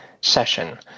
session